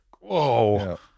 whoa